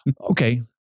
Okay